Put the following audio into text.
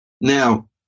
Now